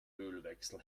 ölwechsel